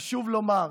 חשוב לומר: